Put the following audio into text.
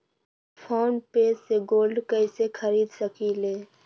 Phone पे से gold कईसे खरीद सकीले?